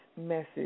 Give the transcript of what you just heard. message